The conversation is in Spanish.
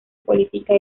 política